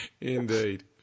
Indeed